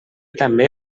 també